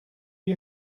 you